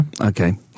Okay